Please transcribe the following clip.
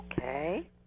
Okay